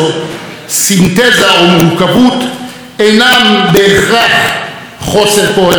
אינם בהכרח חוסר קוהרנטיות או חוסר עקביות.